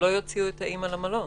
יוציאו את האימא למלון.